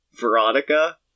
Veronica